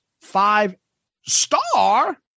five-star